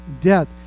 death